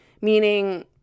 meaning